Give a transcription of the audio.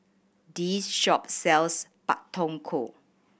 this shop sells Pak Thong Ko